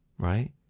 Right